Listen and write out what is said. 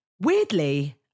Weirdly